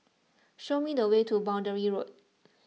show me the way to Boundary Road